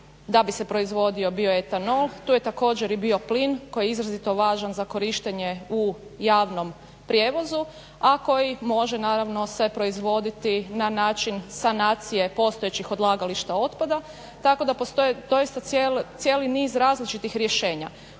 da bi se proizvodio bioetanol. Tu je također i bio plin koji je izrazito važan za korištenje u javnom prijevozu, a koji može naravno se proizvoditi na način sanacije postojećih odlagališta otpada. Tako da postoje doista cijeli niz različitih rješenja.